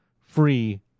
free